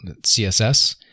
CSS